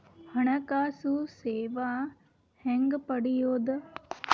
ಹಣಕಾಸು ಸೇವಾ ಹೆಂಗ ಪಡಿಯೊದ?